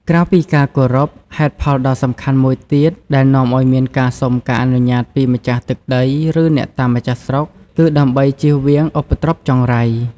ក្រៅពីការគោរព ហេតុផលដ៏សំខាន់មួយទៀតដែលនាំឱ្យមានការសុំការអនុញ្ញាតពីម្ចាស់ទឹកដី ឬអ្នកតាម្ចាស់ស្រុក គឺដើម្បីជៀសវាងឧបទ្រពចង្រៃ។